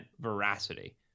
veracity